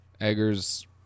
eggers